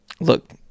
Look